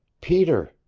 peter,